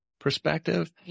perspective